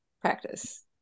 practice